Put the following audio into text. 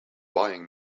buying